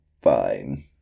Fine